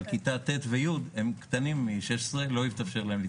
כיתות ט' ו-י' היו קטנים מגיל 16 ולא התאפשר להם להתחסן.